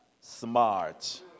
smart